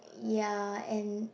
ya and